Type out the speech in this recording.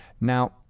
Now